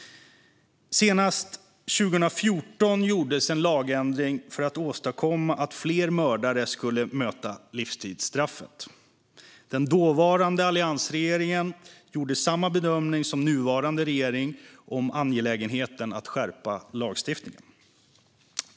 Senast 2014 gjordes en lagändring för att åstadkomma att fler mördare skulle möta livstidsstraffet. Den dåvarande alliansregeringen gjorde samma bedömning som nuvarande regering om angelägenheten att skärpa lagstiftningen.